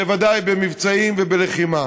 בוודאי במבצעים ובלחימה.